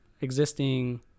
existing